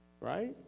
Right